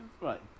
Right